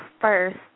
first